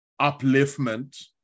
upliftment